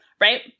right